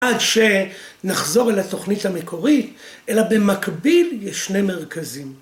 ‫עד שנחזור אל התוכנית המקורית, ‫אלא במקביל יש שני מרכזים.